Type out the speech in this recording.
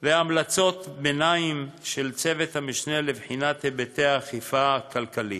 והמלצות ביניים של צוות המשנה לבחינת היבטי האכיפה הכלכלית.